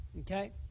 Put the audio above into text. Okay